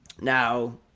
Now